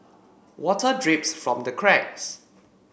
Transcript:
water drips from the cracks